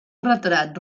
retrat